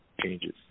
changes